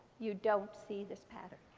you don't see this pattern.